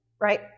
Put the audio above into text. right